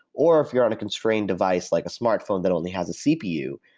or if you're in a constrained device, like a smartphone that only has a cpu,